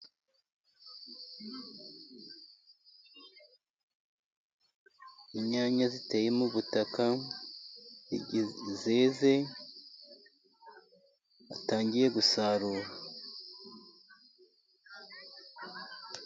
Inyanya ziteye mu butaka zeze, batangiye gusarura.